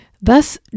Thus